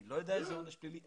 אני לא יודע איזה עונש פלילי.